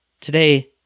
today